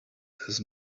his